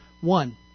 One